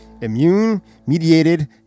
immune-mediated